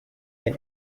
than